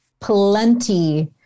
plenty